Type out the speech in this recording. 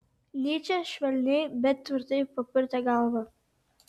nyčė švelniai bet tvirtai papurtė galvą